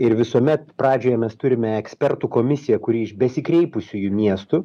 ir visuomet pradžioje mes turime ekspertų komisiją kuri iš besikreipusiųjų miestų